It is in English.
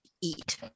eat